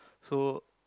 so